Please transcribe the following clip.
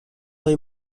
های